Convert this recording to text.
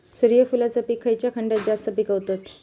सूर्यफूलाचा पीक खयच्या खंडात जास्त पिकवतत?